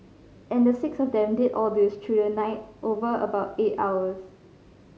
and the six of them did all this through the night over about eight hours